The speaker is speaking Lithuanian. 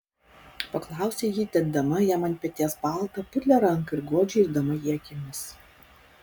paklausė ji dėdama jam ant peties baltą putlią ranką ir godžiai rydama jį akimis